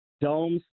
domes